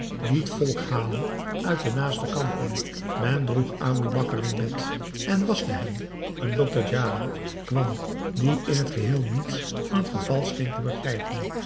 liet volk halen uit de naaste kampong men droeg aboe bakar in bed en waschte hem een dokter djawa kwam die in t geheel niets van het geval scheen te begrijpen